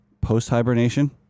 post-hibernation